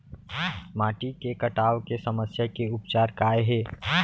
माटी के कटाव के समस्या के उपचार काय हे?